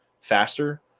faster